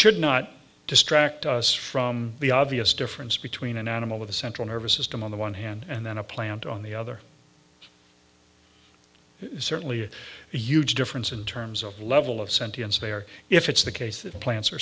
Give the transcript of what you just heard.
should not distract us from the obvious difference between an animal with a central nervous system on the one hand and then a plant on the other certainly a huge difference in terms of level of sentience they are if it's the case that plants are